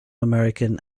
american